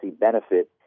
benefit